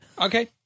Okay